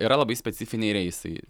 yra labai specifiniai reisai